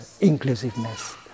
inclusiveness